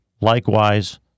likewise